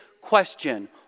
question